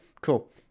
cool